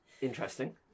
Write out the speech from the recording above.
Interesting